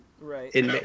Right